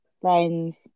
Friends